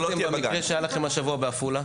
מקרה שהיה לכם השבוע בעפולה?